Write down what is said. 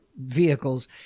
vehicles